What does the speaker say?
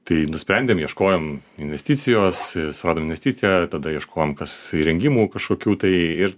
tai nusprendėm ieškojom investicijos suradom investiciją tada ieškojom kas įrengimų kažkokių tai ir